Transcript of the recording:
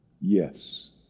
Yes